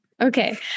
Okay